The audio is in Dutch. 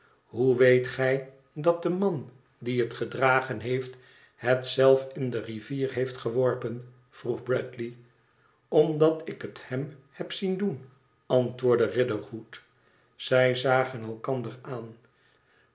hoe weet gij dat de man die het gedragen heeft het zelf in de rivier heeft geworpen vroeg bradley omdat ik het hem heb zien doen antwoordde riderhood zij zagen elkander aan